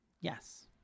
yes